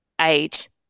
age